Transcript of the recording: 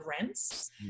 rents